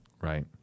Right